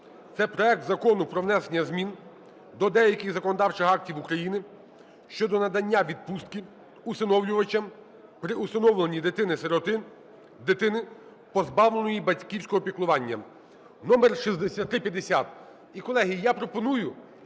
це проект Закону про внесення змін до деяких законодавчих актів України щодо надання відпустки усиновлювачам при усиновленні дитини-сироти, дитини, позбавленої батьківського піклування (№6350).